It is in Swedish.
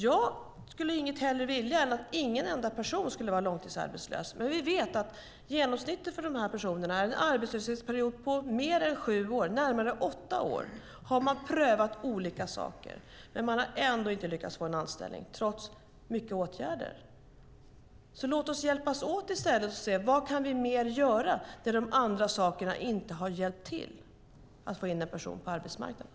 Jag skulle inget hellre vilja än att ingen enda person skulle vara långtidsarbetslös, men vi vet att genomsnittet för de här personerna är en arbetslöshet på mer än sju år. Närmare åtta år har man prövat olika saker, men man har ändå inte lyckats få en anställning trots många åtgärder. Låt oss i stället hjälpas åt och se vad vi mer kan göra när de andra sakerna inte har hjälpt för att få in en person på arbetsmarknaden.